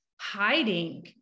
Hiding